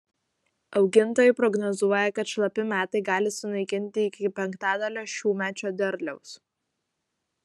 augintojai prognozuoja kad šlapi metai gali sunaikinti iki penktadalio šiųmečio derliaus